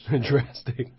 Drastic